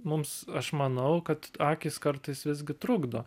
mums aš manau kad akys kartais visgi trukdo